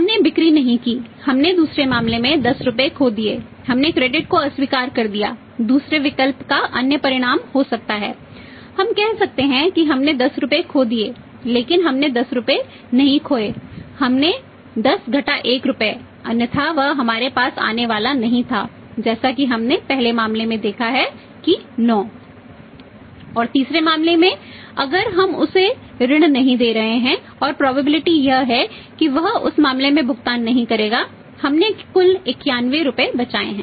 हमने बिक्री नहीं की हमने दूसरे मामले में 10 रुपये खो दिए हमने क्रेडिट यह है कि वह उस मामले में भुगतान नहीं करेगा हमने कुल 91 रुपये बचाए हैं